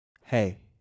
Hey